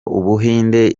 ubuhinde